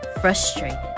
frustrated